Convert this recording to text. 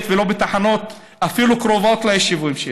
ואפילו לא בתחנות שקרובות ליישובים שלהם.